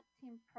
team